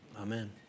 Amen